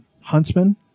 Huntsman